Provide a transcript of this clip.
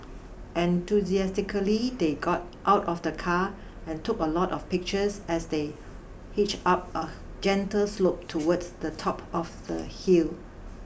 enthusiastically they got out of the car and took a lot of pictures as they hitched up a gentle slope towards the top of the hill